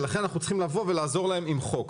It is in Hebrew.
ולכן אנחנו צריכים לבוא ולעזור להם עם חוק.